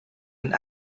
and